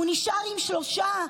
הוא נשאר עם שלושה.